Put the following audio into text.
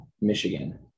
Michigan